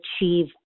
achieve